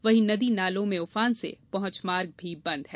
वहीं नदी नालों में उफान से पहुंचमार्ग भी बंद है